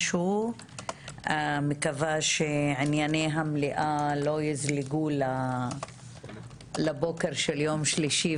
אני מקווה שענייני המליאה לא יזלגו לבוקר של יום שלישי,